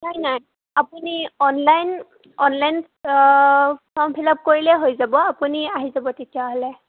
নাই নাই আপুনি online online form fill up কৰিলেই হৈ যাব আপুনি আহি যাব তেতিয়াহ'লে